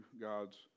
God's